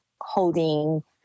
holding